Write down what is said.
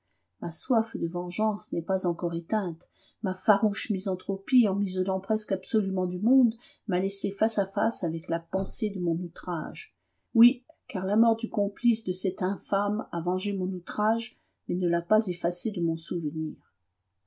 ma soif de vengeance n'est pas encore éteinte ma farouche misanthropie en m'isolant presque absolument du monde m'a laissé face à face avec la pensée de mon outrage oui car la mort du complice de cette infâme a vengé mon outrage mais ne l'a pas effacé de mon souvenir